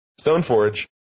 Stoneforge